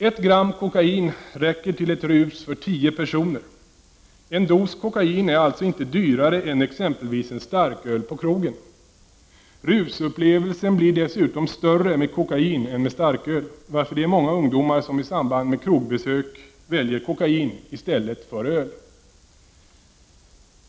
Ett gram kokain räcker till ett rus för tio personer. En dos kokain är alltså inte dyrare än exempelvis en starköl på krogen. Rusupplevelsen blir dessutom större med kokain än med starköl, varför det är många ungdomar som i samband med krogbesök väljer kokain i stället för öl.